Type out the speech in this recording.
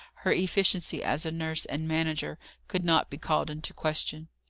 her efficiency as a nurse and manager could not be called into question.